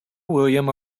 william